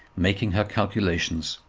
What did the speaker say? making her calculations.